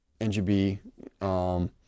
NGB